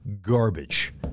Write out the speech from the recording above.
garbage